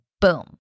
boom